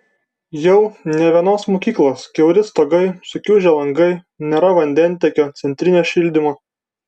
jau ne vienos mokyklos kiauri stogai sukiužę langai nėra vandentiekio centrinio šildymo